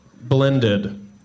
Blended